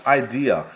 idea